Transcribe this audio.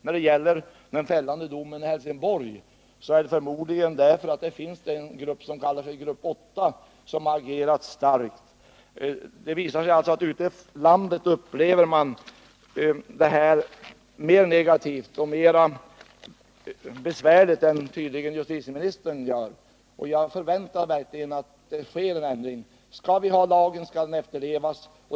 När det gäller den fällande domen i Helsingborg har denna säkert sin förklaring i att det där finns en grupp som kallar sig Grupp 8 och som har reagerat starkt. Det visar sig alltså att man ute i landet upplever detta som mer negativt och mer besvärande än tydligen justitieministern gör. Jag förväntar mig verkligen att det sker en ändring på det här området. Skall vi ha kvar lagen, så måste den också efterlevas.